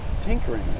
tinkering